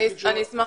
אני אשמח.